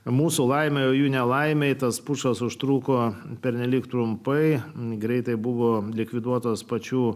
mūsų laimė o jų nelaimei tas pučas užtruko pernelyg trumpai greitai buvo likviduotos pačių